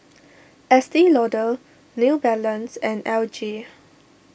Estee Lauder New Balance and L G